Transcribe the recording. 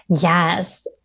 Yes